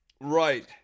right